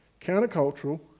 countercultural